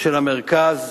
של המרכז